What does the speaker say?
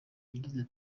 yagize